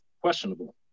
questionable